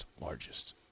largest